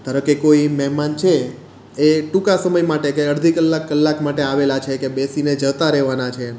ધારો કે કોઈ મહેમાન છે એ ટૂંકા સમય માટે કે અડધી કલાક કલાક માટે આવેલા છે કે બેસીને જતા રહેવાના છે